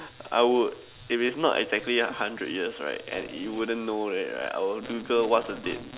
I would if it's not exactly hundred years and you wouldn't know it I would Google what's the date